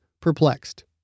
perplexed